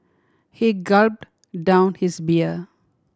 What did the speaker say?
he gulp down his beer